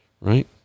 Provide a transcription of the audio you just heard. right